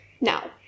Now